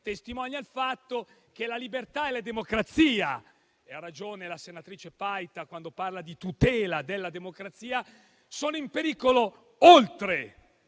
testimoniano il fatto che la libertà e la democrazia - ha ragione la senatrice Paita quando parla di tutela della democrazia - sono in pericolo, e